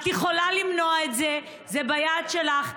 את יכולה למנוע את זה, זה ביד שלך.